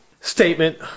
statement